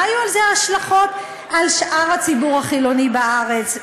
מה יהיו ההשלכות של זה על שאר הציבור החילוני בארץ,